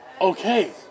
okay